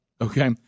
Okay